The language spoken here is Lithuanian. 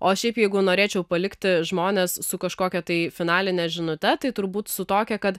o šiaip jeigu norėčiau palikti žmones su kažkokia tai finaline žinute tai turbūt su tokia kad